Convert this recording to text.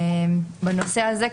בנושא הזה,